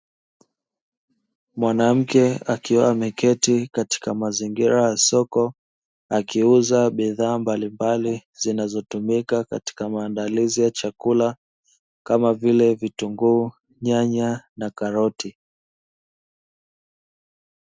Mwanamke akiwa ameketi katika mazingira ya soko, akiuza bidhaa mbalimbali zinazotumika katika maandalizi ya chakula, kama vile, vitunguu, nyanya na karoti.